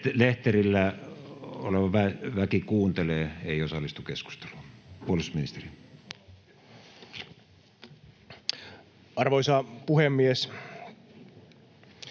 Lehterillä oleva väki kuuntelee, ei osallistu keskusteluun. — Puolustusministeri. [Speech